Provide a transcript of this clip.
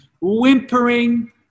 whimpering